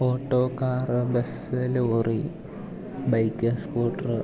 auto car bus lorry bike scooter